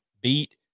beat